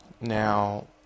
Now